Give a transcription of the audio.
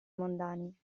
mondani